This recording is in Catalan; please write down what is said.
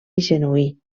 genuí